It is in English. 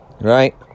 right